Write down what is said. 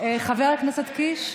חבר הכנסת קיש,